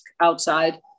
outside